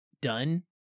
done